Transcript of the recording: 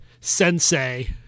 sensei